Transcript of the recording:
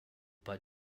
bud